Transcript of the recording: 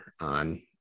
on